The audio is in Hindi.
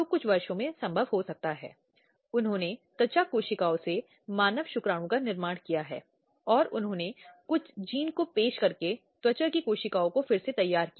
कुछ इसी तरह हमारे पास मुद्दे हैं महिलाओं से लज्जा भंग करना छेड़खानी छेड़छाड़ करना